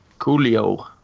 Coolio